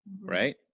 right